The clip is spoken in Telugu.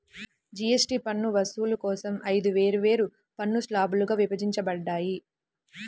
జీఎస్టీ పన్ను వసూలు కోసం ఐదు వేర్వేరు పన్ను స్లాబ్లుగా విభజించబడ్డాయి